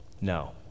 No